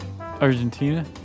Argentina